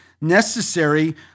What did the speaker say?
necessary